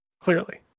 clearly